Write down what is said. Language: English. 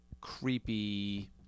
creepy